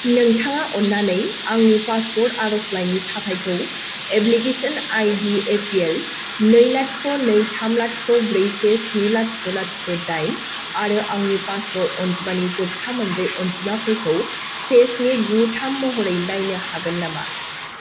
नोंथाङा अन्नानै आंनि पासपर्ट आर'जलाइनि थाखायखौ एप्लिकेसन आइडि एपिएल नै लाथिख' नै थाम लाथिख' ब्रै से स्नि लाथिख' लाथिख' दाइन आरो आंनि पासपर्ट अनजिमानि जोबथा मोनब्रै अनजिमाफोरखौ से स्नि गुथाम महरै नायनो हागोन नामा